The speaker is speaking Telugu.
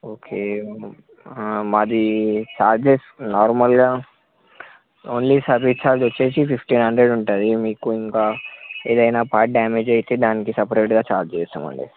ఓకే మాది తాజేష్ నార్మల్గా ఓన్లీ సర్వీస్ చార్జ్ వచ్చేసి ఫిఫ్టీన్ హండెర్డ్ ఉంటుంది మీకు ఇంకా ఏదైనా పార్ట్ డ్యామేజ్ అయితే దానికి సపరేట్గా చార్జ్ చేస్తామండి